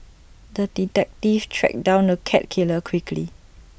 the detective tracked down the cat killer quickly